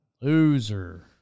Loser